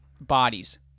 bodies